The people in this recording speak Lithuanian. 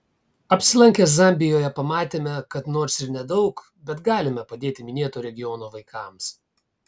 apsilankę zambijoje pamatėme kad nors ir nedaug bet galime padėti minėto regiono vaikams